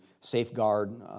safeguard